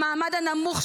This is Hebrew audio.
המעמד הנמוך,